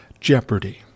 jeopardy